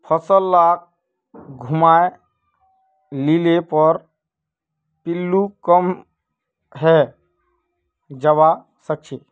फसल लाक घूमाय लिले पर पिल्लू कम हैं जबा सखछेक